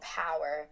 power